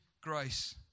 grace